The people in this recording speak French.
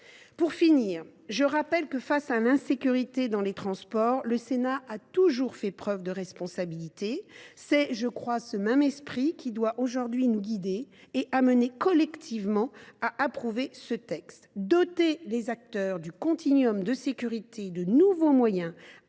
sécurisés en conséquence. Face à l’insécurité dans les transports, le Sénat a toujours fait preuve de responsabilité. C’est, je crois, ce même esprit qui doit aujourd’hui nous guider et nous amener, collectivement, à approuver ce texte. Doter les acteurs du continuum de sécurité de nouveaux moyens